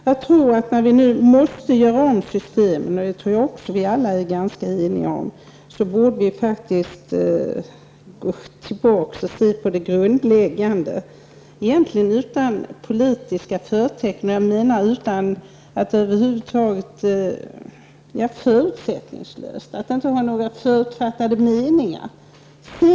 Jag tror att när vi nu måste göra om systemet -- det tror jag att vi är ganska eniga om -- borde vi faktiskt gå tillbaka och se på det grundläggande, egentligen utan politiska förtecken; förutsättningslöst och utan förutfattade meningar.